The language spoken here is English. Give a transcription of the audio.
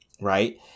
right